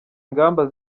ingamba